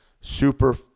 Super